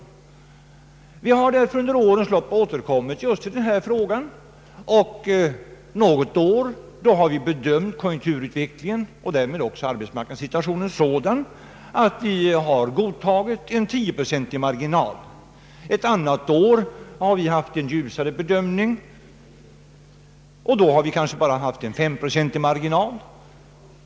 Vi har därför under årens lopp återkommit till just denna fråga. Något år har vi bedömt konjunkturutvecklingen och därmed också arbetsmarknadssituationen så att vi har godtagit den tioprocentiga marginalen. Ett annat år har vi gjort en ljusare bedömning och då bara förordat en femprocentig marginal.